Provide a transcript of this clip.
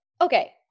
okay